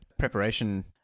preparation